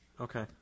Okay